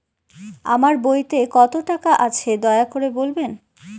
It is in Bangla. আমার বইতে কত টাকা আছে দয়া করে বলবেন?